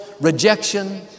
rejection